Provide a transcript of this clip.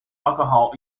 alcohol